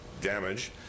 damage